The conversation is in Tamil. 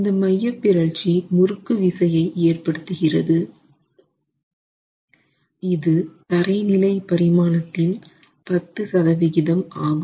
இந்த மையப்பிறழ்ச்சி முறுக்கு விசையை ஏற்படுத்துகிறது இது தரை நிலை பரிமாணத்தின் 10 சதவிகிதம் ஆகும்